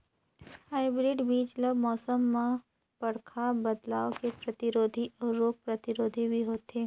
hybrid बीज ल मौसम में बड़खा बदलाव के प्रतिरोधी अऊ रोग प्रतिरोधी भी होथे